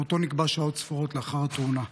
מותו נקבע שעות ספורות לאחר התאונה.